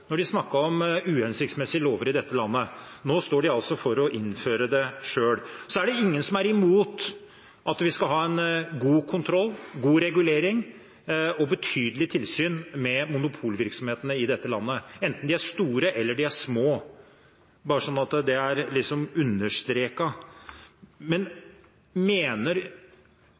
de snakket om uhensiktsmessige lover i dette landet. Nå står de altså for å innføre det selv. Det er ingen som er imot at vi skal ha en god kontroll, god regulering og betydelig tilsyn med monopolvirksomhetene i dette landet, enten de er store eller de er små – bare så det er understreket. Men mener olje- og energiministeren at det er